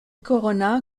corona